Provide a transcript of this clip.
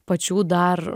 pačių dar